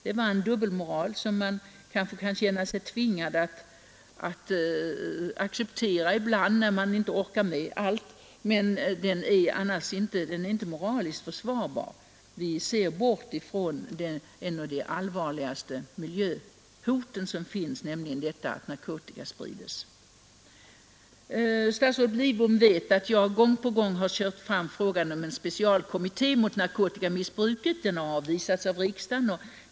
Det var en dubbelmoral som man kanske kan känna sig tvingad att acceptera ibland, när man inte orkar med allt, men den är inte moraliskt försvarbar. Vi ser bort från ett av de allvarligaste miljöhoten som finns, nämligen detta att narkotika sprides. Statsrådet Lidbom vet att jag gång på gång har kört fram frågan om en specialkommitté mot narkotikamissbruket. Förslaget har emellertid avvisats av riksdagen.